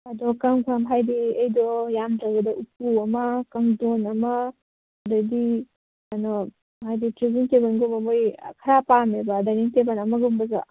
ꯑꯗꯣ ꯀꯔꯝ ꯀꯔꯝ ꯍꯥꯏꯕꯗꯤ ꯑꯩꯗꯣ ꯌꯥꯝꯗ꯭ꯔꯕꯗ ꯎꯄꯨ ꯑꯃ ꯀꯥꯡꯊꯣꯜ ꯑꯃ ꯑꯗꯨꯗꯩꯗꯤ ꯀꯩꯅꯣ ꯍꯥꯏꯕꯗꯤ ꯇꯦꯕꯜꯒꯨꯝꯕ ꯃꯣꯏ ꯈꯔ ꯄꯥꯝꯃꯦꯕ ꯗꯥꯏꯅꯤꯡ ꯇꯦꯕꯟ ꯑꯃꯒꯨꯝꯕꯁꯨ